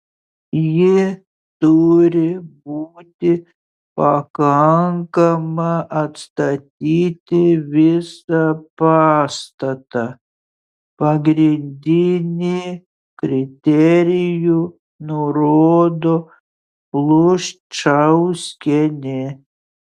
ji turi būti pakankama atstatyti visą pastatą pagrindinį kriterijų nurodo pluščauskienė